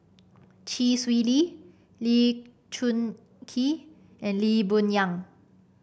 Chee Swee Lee Lee Choon Kee and Lee Boon Yang